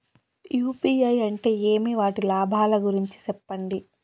UPI అంటే ఏమి? వాటి లాభాల గురించి సెప్పండి?